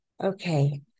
Okay